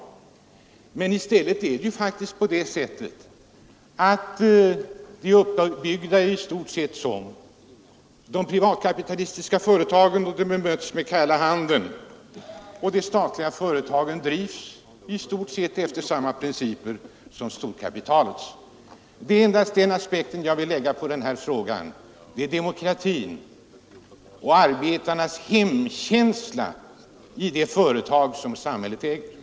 Trots detta är de statliga företagen i stort sett uppbyggda som de privatkapitalistiska. Demokratikravet möts med kalla handen. De statliga företagen drivs i stort sett efter samma principer som storkapitalets företag. Jag vill endast lägga denna aspekt på frågan; behovet av demokrati och betydelsen av arbetarnas hemkänsla i de företag som samhället äger.